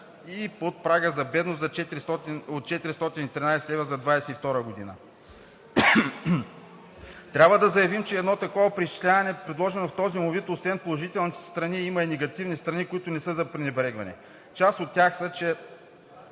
и под прага на бедност от 413 лв. за 2022 г.? Трябва да заявим, че едно такова преизчисляване, предложено в този му вид, освен положителните си страни има и негативни страни, които не са за пренебрегване. Част от тях са, че